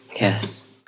yes